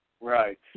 Right